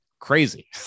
Crazy